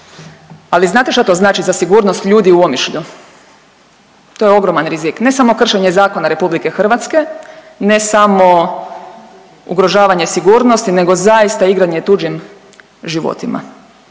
Ali znate što to znači za sigurnost ljudi u Omišlju? To je ogroman rizik, ne samo kršenje zakona Republike Hrvatske, ne samo ugrožavanje sigurnosti, nego zaista igranje tuđim životima.